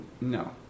No